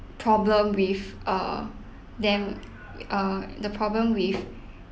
problem with uh them uh the problem with